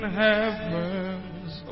heavens